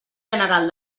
general